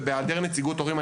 ובהיעדר נציגות הורים,